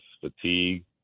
fatigue